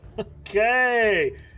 okay